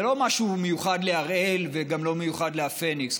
זה לא משהו מיוחד להראל וגם לא מיוחד להפניקס.